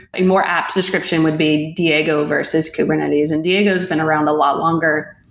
a more apt description would be diego versus kubernetes. and diego's been around a lot longer,